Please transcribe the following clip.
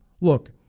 Look